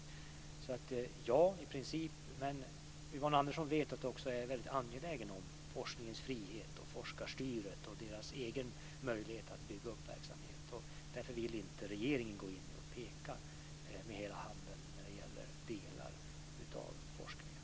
Svaret är alltså: Ja, i princip. Men Yvonne Andersson vet att jag också är väldigt angelägen om forskningens frihet, om forskarstyret och dess egen möjlighet att bygga upp verksamhet. Därför vill regeringen inte gå in och peka med hela handen när det gäller delar av forskningen.